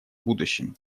будущем